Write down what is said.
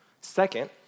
Second